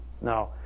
Now